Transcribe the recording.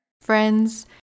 Friends